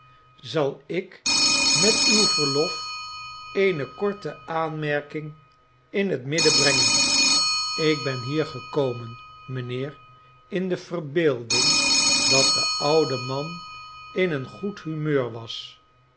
zal ik met uw verlof eene korte aanmerking in het midden brengen ik ben hier gekomen mijnheer in de verbeelding dat de oude man in een goed humeur was